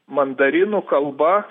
mandarinų kalba